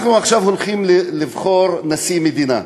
אנחנו עכשיו הולכים לבחור נשיא מדינה.